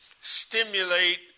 stimulate